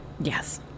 Yes